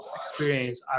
experience